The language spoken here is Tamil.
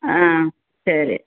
ஆ சரி